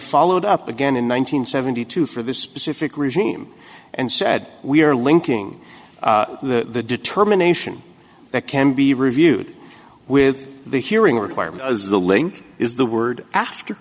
followed up again in one nine hundred seventy two for the specific regime and said we are linking the determination that can be reviewed with the hearing requirement as the link is the word after